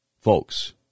folks